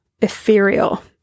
ethereal